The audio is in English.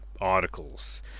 articles